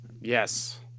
Yes